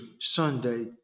Sunday